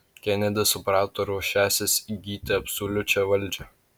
kenedis suprato ruošiąsis įgyti absoliučią valdžią